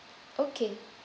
okay